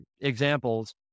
examples